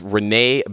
Renee